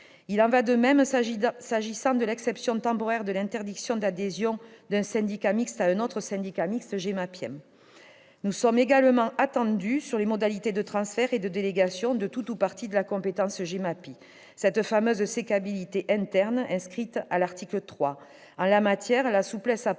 Il en va de même de l'exception temporaire de l'interdiction d'adhésion d'un syndicat mixte à un autre syndicat mixte exerçant une compétence GEMAPI. Nous sommes également attendus sur les modalités de transfert et de délégation de tout ou partie de la compétence GEMAPI, cette fameuse sécabilité interne inscrite à l'article 3.